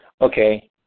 Okay